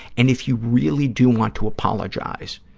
and if you really do want to apologize,